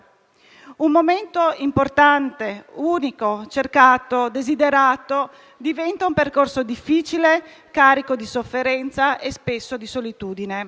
Un momento importante, unico, cercato e desiderato diventa un percorso difficile, carico di sofferenza e spesso di solitudine.